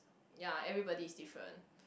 ya everybody is different